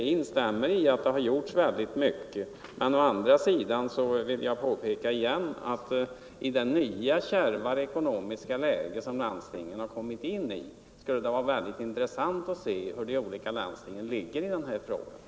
Ja, jag instämmer i att det har gjorts mycket, men å andra sidan vill jag än en gång framhålla att i det kärva ekonomiska läge som landstingen nu har kommit i skulle det vara mycket intressant att få veta hur det ligger till med omsorgsvården i de olika landstingen.